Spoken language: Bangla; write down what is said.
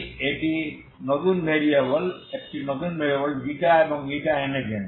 আপনি একটি নতুন ভ্যারিয়েবল এবং এনেছেন